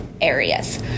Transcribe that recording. areas